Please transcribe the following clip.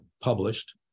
published